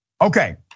Okay